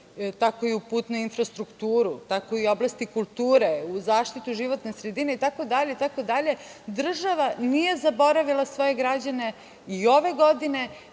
tako i u putnu infrastrukturu, tako i u oblasti kulture, zaštitu životne sredine, itd, država nije zaboravile svoje građane. I ove godine